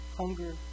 hunger